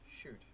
Shoot